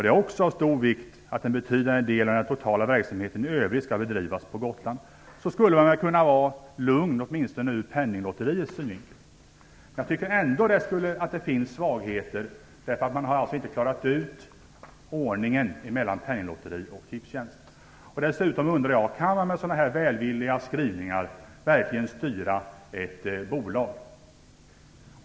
Det är också av stor vikt att en betydande del av den totala verksamheten i övrigt skall bedrivas på Gotland -" skulle man kunna ha lugn åtminstone sett ur Penninglotteriets synvinkel. Jag tycker ändå att det finns svagheter. Man har inte klarat ut ordningen mellan Penninglotteriet och Tipstjänst. Dessutom undrar jag om man med sådana välvilliga skrivningar verkligen kan styra ett bolag.